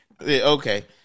Okay